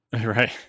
Right